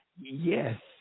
yes